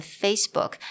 facebook